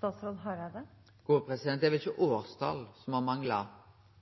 Det er vel ikkje årstal som har mangla